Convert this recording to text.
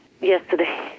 yesterday